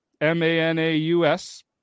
M-A-N-A-U-S